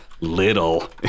little